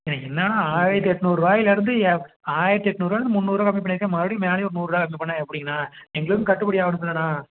அண்ணா என்னெண்ணா ஆயிரத்து எட்நூறுவாய்லேருந்து ஆயிரத்து எட்நூறுவாய்லேருந்து முன்னூறுரூவா கம்மி பண்ணிருக்கேன் மறுபடி மேலையும் ஒரு நூறுரூவா கம்மி பண்ணுன்னா எப்படிங்கண்ணா எங்களுக்கும் கட்டுபடி ஆகணும்லண்ணா